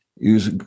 use